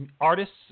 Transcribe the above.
artists